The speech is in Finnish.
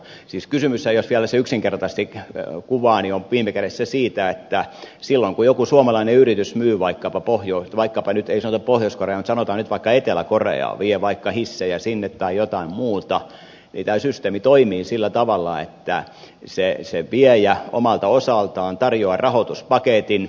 kysymyshän jos vielä sen yksinkertaisesti kuvaa on viime kädessä siitä että silloin kun joku suomalainen yritys myy ei pohjois koreaan mutta sanotaan nyt vaikka etelä koreaan vie vaikka hissejä sinne tai jotain muuta niin tämä systeemi toimii sillä tavalla että se viejä omalta osaltaan tarjoaa rahoituspaketin